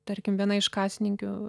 tarkim viena iš kasininkių